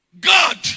God